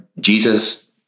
Jesus